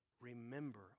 remember